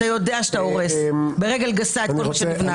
אתה יודע שאתה הורס ברגל גסה את כל מה שנבנה כאן.